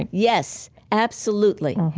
yes. absolutely.